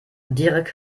dirk